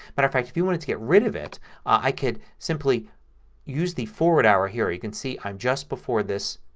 but of fact if you wanted to get rid of it i could simply use the forward arrow here, you can see i'm just before this